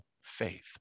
faith